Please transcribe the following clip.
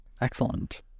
Excellent